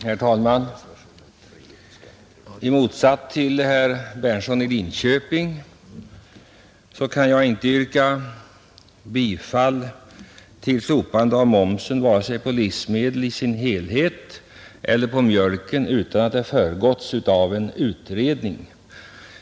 Herr talman! I motsats till herr Berndtson i Linköping kan jag inte yrka slopande av momsen, varken på samtliga livsmedel eller på mjölken, utan att det föregåtts av en utredning.